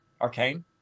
Arcane